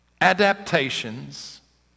adaptations